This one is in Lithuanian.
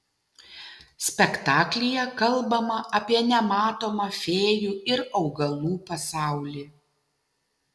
spektaklyje kalbama apie nematomą fėjų ir augalų pasaulį